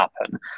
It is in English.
happen